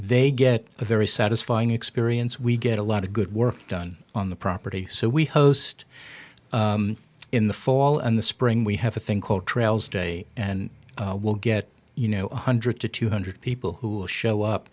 they get a very satisfying experience we get a lot of good work done on the property so we host in the fall in the spring we have a thing called trails day and we'll get you know one hundred to two hundred people who show up